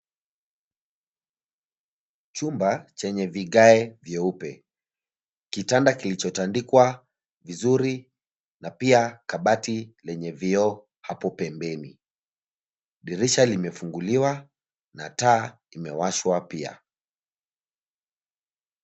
Chumba chenye vigae vyeupe. Kitanda kilichotandikwa vizuri na pia kabati lenye vioo hapo pembeni. Dirisha limefunguliwa na taa imewashwa pia.